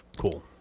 Cool